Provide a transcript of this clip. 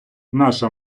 наша